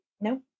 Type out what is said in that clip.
No